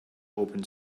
open